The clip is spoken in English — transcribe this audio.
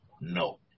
No